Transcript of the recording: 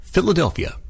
Philadelphia